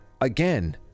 again